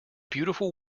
beautiful